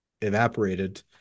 evaporated